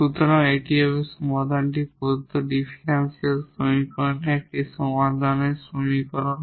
সুতরাং এটি হবে সমাধানটি প্রদত্ত ডিফারেনশিয়াল সমীকরণের একটি সাধারণ সমীকরণ